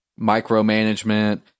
micromanagement